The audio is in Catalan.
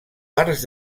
parts